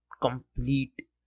complete